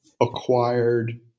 acquired